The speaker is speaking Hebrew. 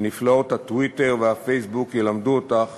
כי נפלאות הטוויטר והפייסבוק ילמדו אותך